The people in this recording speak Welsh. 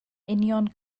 union